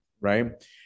right